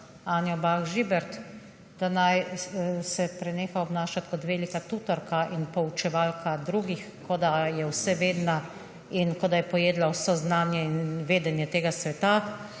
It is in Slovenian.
Anjo Bah Žibert, da naj se preneha obnašati kot velika tutorka in poučevalka drugih, kot da je vsevedna in kot da je pojedla vse znanje in vedenje tega sveta,